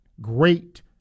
great